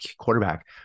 quarterback